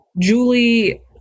Julie